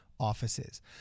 Offices